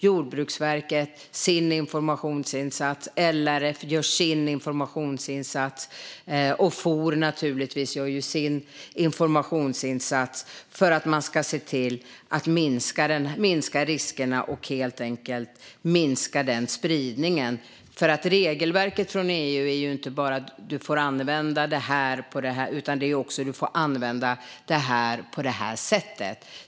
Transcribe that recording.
Jordbruksverket gör sin informationsinsats, LRF gör sin informationsinsats och FOR gör naturligtvis sin informationsinsats för att se till att minska riskerna och helt enkelt minska spridningen. Regelverket från EU är ju inte bara: Du får använda det här. Det är också: Du får använda det här på det här sättet.